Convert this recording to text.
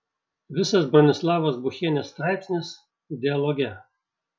visas bronislavos buchienės straipsnis dialoge